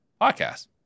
podcast